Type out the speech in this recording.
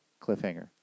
cliffhanger